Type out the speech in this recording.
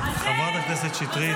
חברת הכנסת שטרית.